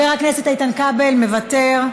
מוותר,